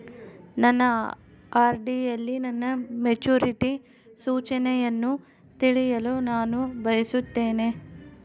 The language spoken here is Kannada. ನನ್ನ ಆರ್.ಡಿ ಯಲ್ಲಿ ನನ್ನ ಮೆಚುರಿಟಿ ಸೂಚನೆಯನ್ನು ತಿಳಿಯಲು ನಾನು ಬಯಸುತ್ತೇನೆ